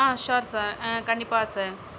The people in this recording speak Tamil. ஆ ஸ்யூர் சார் கண்டிப்பாக சார்